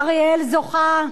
אריאל זוכה,